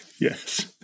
Yes